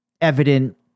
evident